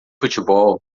futebol